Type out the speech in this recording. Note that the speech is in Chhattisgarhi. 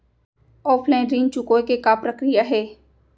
ऑफलाइन ऋण चुकोय के का प्रक्रिया हे?